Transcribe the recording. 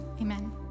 amen